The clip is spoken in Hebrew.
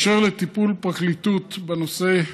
באשר לטיפול הפרקליטות בנושא: